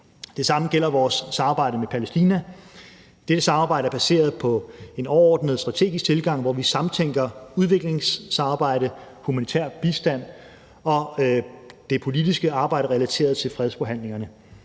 Det samme gælder vores samarbejde med Palæstina. Dette samarbejde er baseret på en overordnet strategisk tilgang, hvor vi samtænker udviklingssamarbejde, humanitær bistand og det politiske arbejde relateret til fredsforhandlingerne.